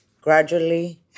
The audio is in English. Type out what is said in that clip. gradually